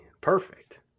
Perfect